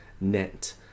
net